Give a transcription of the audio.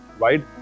right